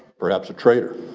perhaps, a traitor.